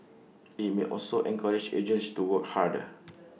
IT may also encourage agents to work harder